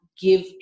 give